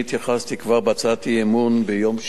אני התייחסתי כבר בהצעת האי-אמון ביום שני.